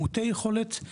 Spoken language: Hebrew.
מעוטי יכולת,